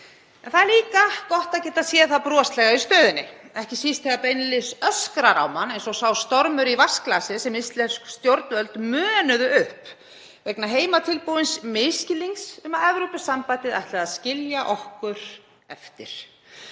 það er líka gott að geta séð það broslega í stöðunni, ekki síst þegar beinlínis öskrar á mann sá stormur í vatnsglasi sem íslensk stjórnvöld mögnuðu upp vegna heimatilbúins misskilnings um að Evrópusambandið ætlaði að skilja okkur eftir.